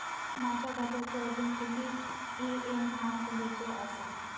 माझ्या कर्जाचो अजून किती ई.एम.आय भरूचो असा?